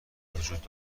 وجود